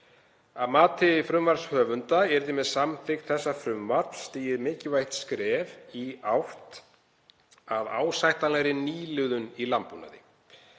Að mati frumvarpshöfunda yrði með samþykkt þessa frumvarps stigið mikilvægt skref í átt að ásættanlegri nýliðun í landbúnaði.